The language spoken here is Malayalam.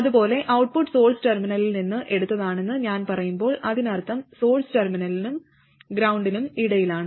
അതുപോലെ ഔട്ട്പുട്ട് സോഴ്സ് ടെർമിനലിൽ നിന്ന് എടുത്തതാണെന്ന് ഞാൻ പറയുമ്പോൾ അതിനർത്ഥം സോഴ്സ് ടെർമിനലിനും ഗ്രൌണ്ടിനും ഇടയിലാണ്